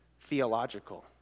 theological